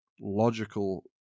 logical